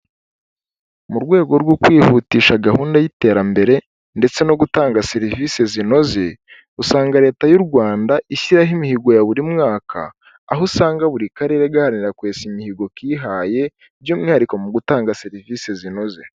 Mu rwego rwo kwihutisha gahunda y'iterambere ndetse no gutanga serivisi zinoze, usanga leta y'u Rwanda ishyiraho imihigo ya buri mwaka, aho usanga buri karere gaharanira kwesa imihigo kihaye by'umwihariko mu gutanga serivisi zinoze.